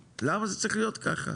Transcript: למה זה צריך להיות ככה?